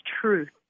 truth